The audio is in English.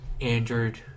Android